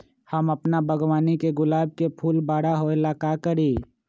हम अपना बागवानी के गुलाब के फूल बारा होय ला का करी?